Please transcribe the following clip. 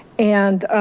and